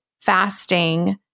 fasting